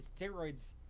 steroids